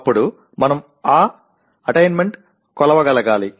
అప్పుడు మనం ఆ అటేయిన్మెంట్ కొలవగలగాలి